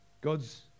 God's